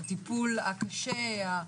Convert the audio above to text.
הטיפול הקשה,